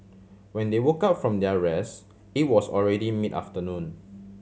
when they woke up from their rest it was already mid afternoon